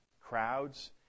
crowds